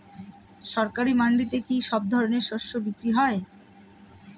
সরকারি মান্ডিতে কি সব ধরনের শস্য বিক্রি হয়?